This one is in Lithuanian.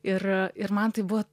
ir ir man tai buvo